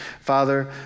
Father